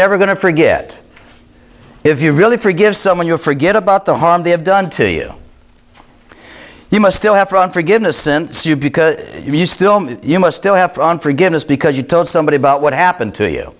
never going to forget if you really forgive someone you'll forget about the harm they have done to you you must still have from forgiveness since you because you still you must still have on forgiveness because you told somebody about what happened to you